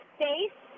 face